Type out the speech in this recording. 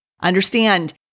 Understand